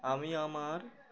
আমি আমার